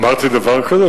אמרתי דבר כזה?